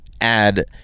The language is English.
add